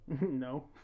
No